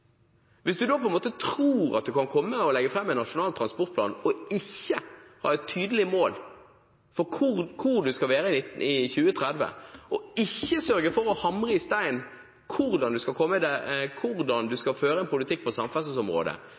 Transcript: Hvis man da tror at man kan komme og legge fram en nasjonal transportplan og ikke ha et tydelig mål for hvor man skal være i 2030, og ikke sørger for å hugge i stein hvordan man skal føre en politikk på samferdselsområdet